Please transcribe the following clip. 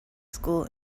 school